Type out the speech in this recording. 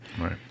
Right